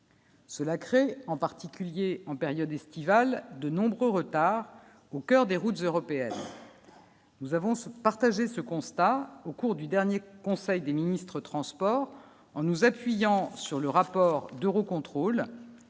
Cela crée, en particulier en période estivale, de nombreux retards au coeur des routes européennes. Nous avons se partager ce constat au cours du dernier conseil des ministres Transports en nous appuyant sur le rapport d'Eurocontrol,